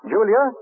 Julia